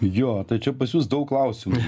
jo tai čia pas jus daug klausimų